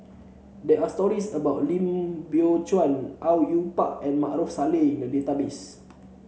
there are stories about Lim Biow Chuan Au Yue Pak and Maarof Salleh in the database